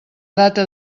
data